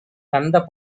தந்த